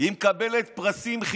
היא מקבלת פרסים,